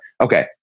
Okay